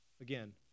Again